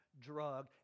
drug